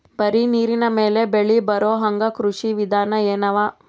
ಬರೀ ನೀರಿನ ಮೇಲೆ ಬೆಳಿ ಬರೊಹಂಗ ಕೃಷಿ ವಿಧಾನ ಎನವ?